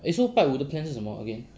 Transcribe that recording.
eh so 拜五的 plan 是什么 again